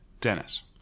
Dennis